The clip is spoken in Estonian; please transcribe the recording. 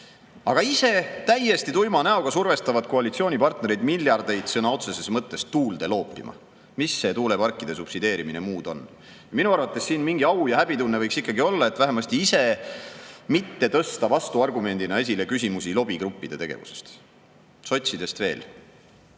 Aga ise täiesti tuima näoga survestavad koalitsioonipartnereid miljardeid sõna otseses mõttes tuulde loopima. Mis see tuuleparkide subsideerimine muud on? Minu arvates siin mingi au‑ ja häbitunne võiks ikkagi olla, et vähemasti ise mitte tõsta vastuargumendina esile küsimusi lobigruppide tegevusest. Sotsidest veel.